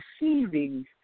receiving